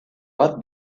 bat